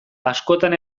askotan